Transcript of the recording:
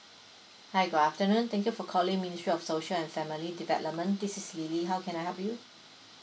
hi good afternoon thank you for calling ministry of social and family development this is lily how can I help you